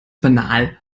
banal